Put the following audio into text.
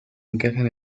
encajan